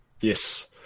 Yes